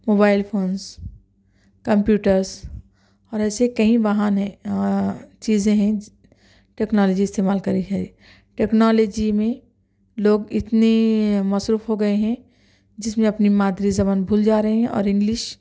mobile phones computers اور ایسے کئی واہن ہیں چیزیں ہیں ٹیکنالوجی استعمال کری ہے ٹیکنالوجی میں لوگ اتنے مصروف ہو گئے ہیں جس میں اپنی مادری زبان بھول جا رہے ہیں اور انگلش